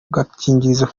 gakingirizo